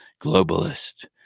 globalist